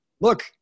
look